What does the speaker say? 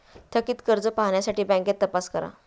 थकित कर्ज पाहण्यासाठी बँकेत तपास करा